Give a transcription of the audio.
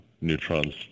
Neutron's